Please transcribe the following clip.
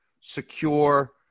secure